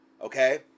Okay